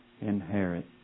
inherit